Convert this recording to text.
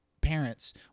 parents